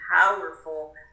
powerful